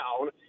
down